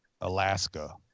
alaska